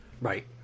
right